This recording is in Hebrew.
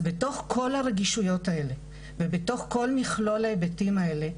אז בתוך כל הרגישויות האלה ובתוך כל מכלול ההיבטים האלה,